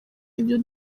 ibyo